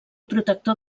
protector